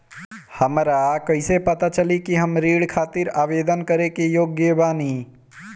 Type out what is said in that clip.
हमरा कईसे पता चली कि हम ऋण खातिर आवेदन करे के योग्य बानी?